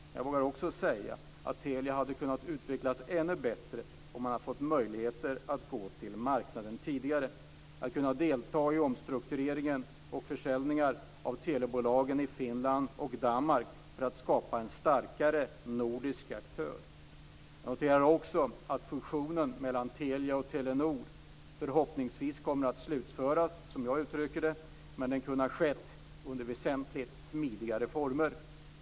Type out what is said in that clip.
Men jag vågar också säga att Telia kunde ha utvecklats ännu bättre om man hade fått möjligheter att gå till marknaden tidigare, att kunna delta i omstruktureringar och försäljningar av telebolagen i Finland och Danmark för att skapa en starkare nordisk aktör. Jag noterar att fusionen mellan Telia och Telenor förhoppningsvis kommer att slutföras - som jag uttrycker det. Men det kunde ha skett under väsentligt smidigare former.